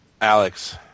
Alex